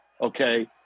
Okay